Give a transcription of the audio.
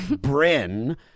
Bryn